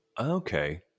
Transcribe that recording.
Okay